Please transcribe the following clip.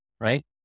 right